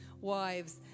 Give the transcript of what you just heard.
wives